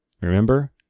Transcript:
remember